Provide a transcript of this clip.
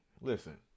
Listen